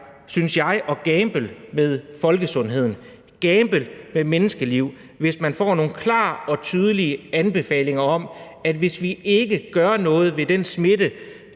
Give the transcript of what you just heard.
vil være at gamble med folkesundheden, at gamble med menneskeliv, hvis man får nogle klare og tydelige anbefalinger om, at man skal gøre noget ved den smitte,